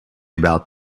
about